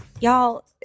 y'all